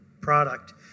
product